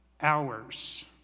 hours